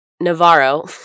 Navarro